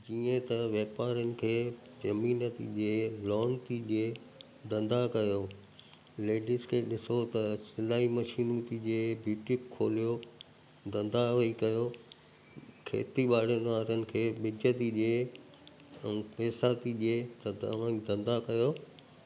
जीअं त व्यापारीनि खे ज़मीन थी ॾिए लोन थी ॾिए धंधा कयो लेडिस खे ॾिसो त सिलाई मशीन थी ॾिए बुटीक खोलियो धंधा भाई कयो खेती बाड़ीन वारनि खे बीज थी ॾिए ऐं पैसा थी थिए त तव्हां धंधा कयो